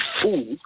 fool